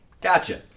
Gotcha